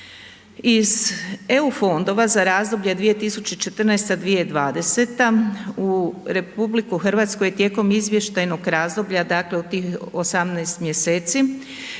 Iz EU fondova za razdoblje 2014.-2020. u RH je tijekom izvještajnog razdoblja, dakle, u tih 18 mjeseci